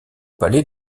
palais